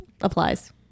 applies